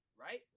right